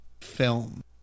film